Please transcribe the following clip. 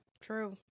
true